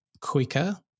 quicker